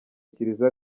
kiliziya